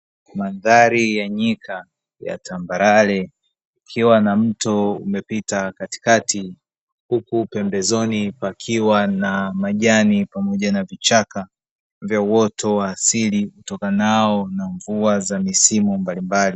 Mandhari ya nyika ya tambarare ikiwa na mto umepita katikati huku pembezoni, pakiwa na majani pamoja na vichaka vya uoto wa asili utokanao na mvua za misimu mbalimbali.